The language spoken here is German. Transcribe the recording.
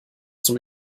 zum